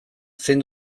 zein